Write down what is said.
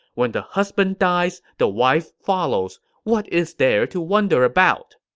when the husband dies, the wife follows. what is there to wonder about?